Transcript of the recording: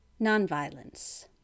nonviolence